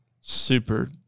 super